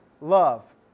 love